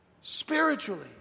spiritually